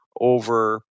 over